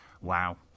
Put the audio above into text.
Wow